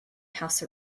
house